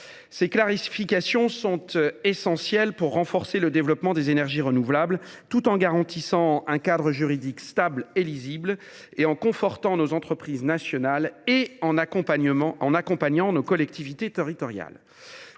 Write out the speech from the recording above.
Ces clarifications sont essentielles pour favoriser le développement des énergies renouvelables, tout en garantissant un cadre juridique stable et lisible, en confortant nos entreprises nationales et en accompagnant nos collectivités territoriales.